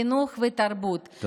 חינוך ותרבות,